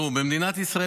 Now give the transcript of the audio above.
כבוד היושב-ראש,